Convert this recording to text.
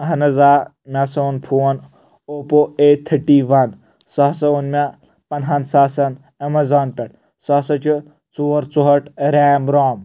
اہن حظ آ مےٚ ہسا اوٚن فون اوپو ایٹ ٹھٹی ون سُہ ہسا اوٚن مےٚ پنٛدہن ساسن ایٚمیران پٮ۪ٹھ سُہ ہسا چھُ ژور ژُہٲٹھ ریم روم